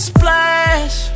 Splash